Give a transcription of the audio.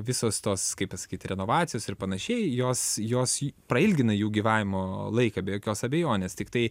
visos tos kaip pasakyt renovacijos ir panašiai jos jos prailgina jų gyvavimo laiką be jokios abejonės tiktai